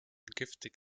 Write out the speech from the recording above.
giftig